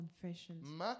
confessions